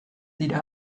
dira